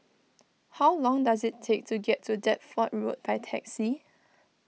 how long does it take to get to Deptford Road by taxi